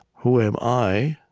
who am i,